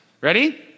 Ready